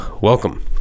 welcome